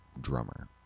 drummer